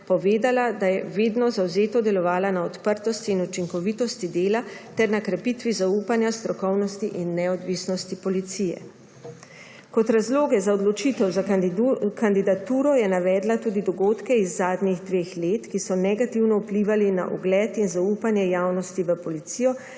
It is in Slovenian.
povedla, da je vidno zavzeto delovala na odprtosti in učinkovitosti dela ter na krepitvi zaupanja v strokovnost in neodvisnost policije. Kot razloge za odločitev za kandidaturo je navedla tudi dogodke iz zadnjih dveh let, ki so negativno vplivali na ugled in zaupanje javnosti v policijo,